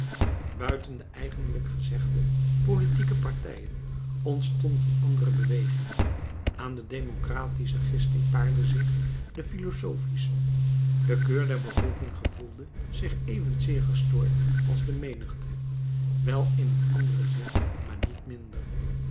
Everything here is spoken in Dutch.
buiten de eigenlijk gezegde politieke partijen ontstond een andere beweging aan de democratische gisting paarde zich de philosophische de keur der bevolking gevoelde zich evenzeer gestoord als de menigte wel in een anderen zin maar niet minder